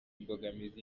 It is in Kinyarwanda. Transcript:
imbogamizi